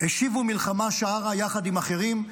השיבו מלחמה שערה יחד עם אחרים,